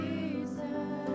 Jesus